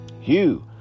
Hugh